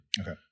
Okay